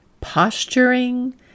posturing